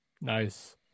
Nice